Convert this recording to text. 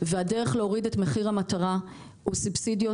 והדרך להוריד את מחיר המטרה היא סובסידיות